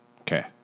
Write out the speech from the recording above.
Okay